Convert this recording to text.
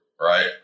Right